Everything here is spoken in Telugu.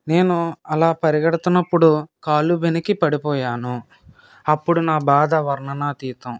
నేను అలా పరుగెడుతున్నప్పుడు కాలు బెణికి పడిపోయాను అప్పుడు నా బాధ వర్ణనాతీతం